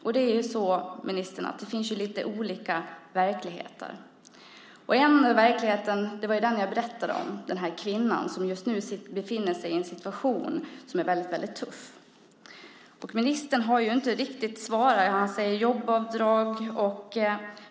Men det är ju så, ministern, att det finns lite olika verkligheter. En verklighet var den jag berättade om - den kvinna som just nu befinner sig i en väldigt tuff situation. Ministern har inte riktigt svarat. Han talar om jobbavdrag.